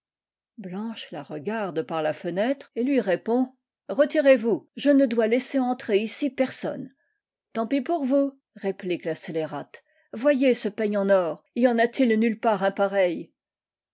dlanche la regarde par la fenêtre et lui répond retirez-vous je ne dois laisser entrer ici personne tant pis pour vous réplique la scélérate voyez ce peigne en or y en a t-il nulle part un pareil